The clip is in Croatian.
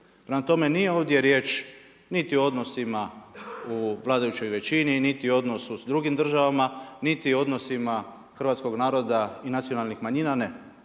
Prema tome nije ovdje riječ niti o odnosima u vladajućoj većini, niti o odnosu s drugim državama, niti odnosima hrvatskog naroda i nacionalnih manjina,